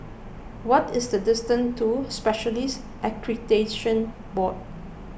what is the distance to Specialists Accreditation Board